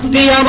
da